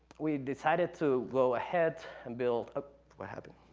we decided to go ahead and build, ah what happened?